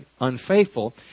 unfaithful